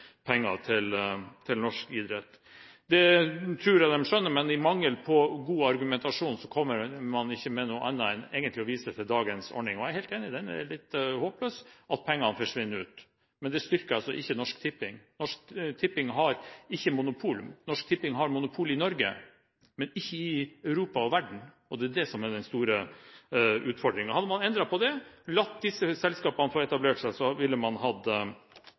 penger til norsk idrett. Dette tror jeg de skjønner, men av mangel på god argumentasjon, kommer de ikke med noe annet enn å vise til dagens ordning. Jeg er helt enig i det, det er håpløst at penger forsvinner ut. Men det styrker altså ikke Norsk Tipping. Norsk Tipping har monopol i Norge, men ikke i Europa og verden. Det er det som er den store utfordringen. Hadde man endret på det, og latt disse selskapene få etablere seg i Norge, ville man hatt